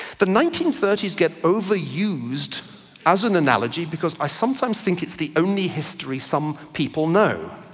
the nineteen thirty s got overused as an analogy because i sometimes think it's the only history some people know.